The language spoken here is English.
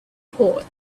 port